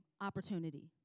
opportunity